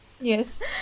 Yes